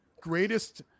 greatest